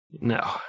No